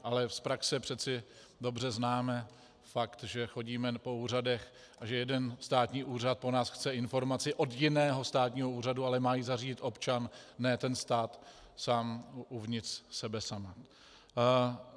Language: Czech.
Ale z praxe přece dobře známe fakt, že chodíme po úřadech a že jeden státní úřad po nás chce informaci od jiného státního úřadu, ale má ji zařídit občan, ne ten stát sám uvnitř sebe sama.